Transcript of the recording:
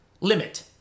Limit